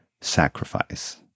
sacrifice